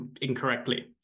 incorrectly